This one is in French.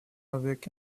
avec